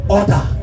order